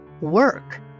work